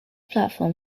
platform